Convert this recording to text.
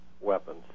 weapons